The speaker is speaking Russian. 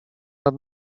над